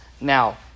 now